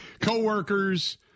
co-workers